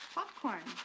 Popcorn